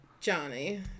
Johnny